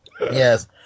Yes